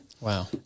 Wow